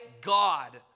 God